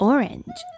Orange